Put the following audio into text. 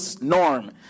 norm